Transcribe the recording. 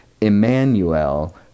Emmanuel